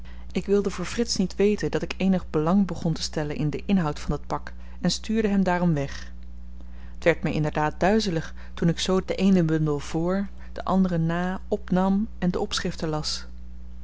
ik wilde voor frits niet weten dat ik eenig belang begon te stellen in den inhoud van dat pak en stuurde hem daarom weg t werd my inderdaad duizelig toen ik zoo den eenen bundel vr den anderen na opnam en de opschriften las